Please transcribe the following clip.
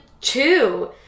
two